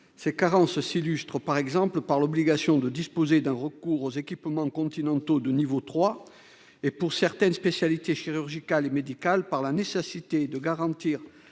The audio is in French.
Ces carences s'illustrent, par exemple, par l'obligation de disposer d'un recours aux équipements continentaux de niveau 3 et, pour certaines spécialités chirurgicales et médicales, par la nécessité de garantir